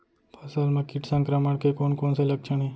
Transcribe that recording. फसल म किट संक्रमण के कोन कोन से लक्षण हे?